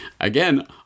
Again